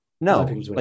No